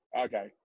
Okay